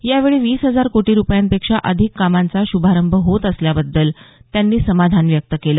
यावेळी वीस हजार कोटी रुपयांपेक्षा अधिक कामांचा शुभारंभ होत असल्याबद्दल त्यांनी समाधान व्यक्त केला